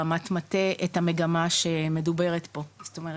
ברמת מטה, את המגמה שמדוברת פה, זאת אומרת,